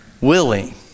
willing